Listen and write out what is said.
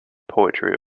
poetry